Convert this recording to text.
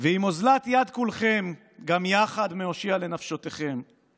/ ואם אוזלת יד כולכם גם יחד מהושיע לנפשכם, /